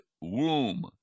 womb